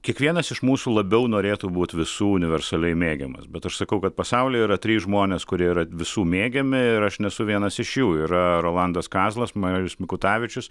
kiekvienas iš mūsų labiau norėtų būti visų universaliai mėgiamas bet aš sakau kad pasaulyje yra trys žmonės kurie yra visų mėgiami ir aš nesu vienas iš jų yra rolandas kazlas marius mikutavičius